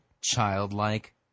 childlike